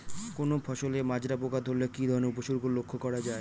কোনো ফসলে মাজরা পোকা ধরলে কি ধরণের উপসর্গ লক্ষ্য করা যায়?